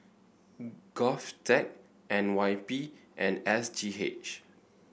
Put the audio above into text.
Govtech N Y P and S G H